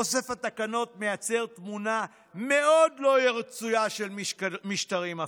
אוסף התקנות מייצר תמונה מאוד לא רצויה של משטרים אפלים.